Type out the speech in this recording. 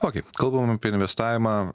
o kaip kalbam apie investavimą